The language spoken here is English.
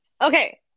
Okay